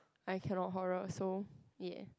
I cannot horror so ya